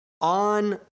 on